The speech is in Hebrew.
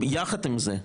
יחד עם זה,